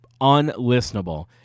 unlistenable